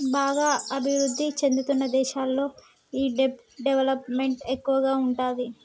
బాగా అభిరుద్ధి చెందుతున్న దేశాల్లో ఈ దెబ్ట్ డెవలప్ మెంట్ ఎక్కువగా ఉంటాది